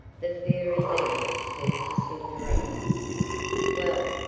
the fairy then said to cinderella well,